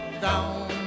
down